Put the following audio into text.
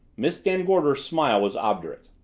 miss van gorder's smile was obdurate.